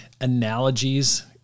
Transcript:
analogies